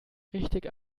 richtig